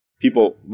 people